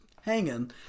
hanging